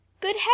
good